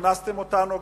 הכנסתם אותנו,